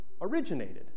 originated